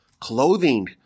clothing